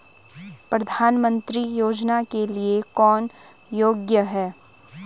प्रधानमंत्री योजना के लिए कौन योग्य है?